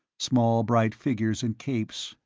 small bright figures in capes,